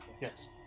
Yes